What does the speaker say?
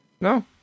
No